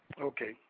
Okay